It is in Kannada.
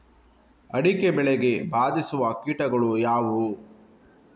ಅಡಿಕೆ ಬೆಳೆಗೆ ಬಾಧಿಸುವ ಕೀಟಗಳು ಯಾವುವು?